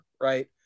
Right